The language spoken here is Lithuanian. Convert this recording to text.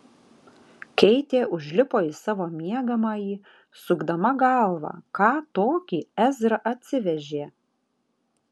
keitė užlipo į savo miegamąjį sukdama galvą ką tokį ezra atsivežė